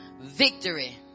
Victory